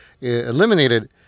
eliminated